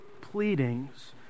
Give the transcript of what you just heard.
pleadings